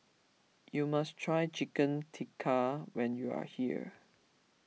you must try Chicken Tikka when you are here